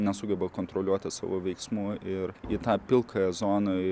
nesugeba kontroliuoti savo veiksmų ir į tą pilkąją zoną